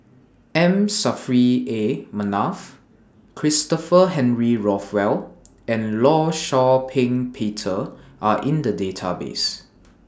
M Saffri A Manaf Christopher Henry Rothwell and law Shau Ping Peter Are in The Database